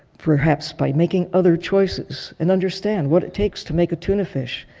perhaps by making other choices, and understand what it takes to make a tuna fish.